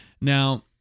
now